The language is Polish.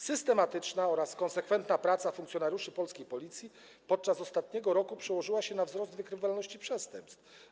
Systematyczna oraz konsekwentna praca funkcjonariuszy polskiej Policji podczas ostatniego roku przełożyła się na wzrost wykrywalności przestępstw.